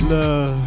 Love